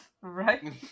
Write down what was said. Right